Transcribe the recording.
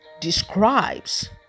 describes